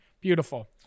Beautiful